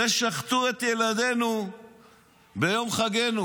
הרי שחטו את ילדינו ביום חגנו.